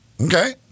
Okay